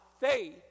faith